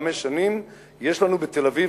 חמש שנים יש לנו בתל-אביב,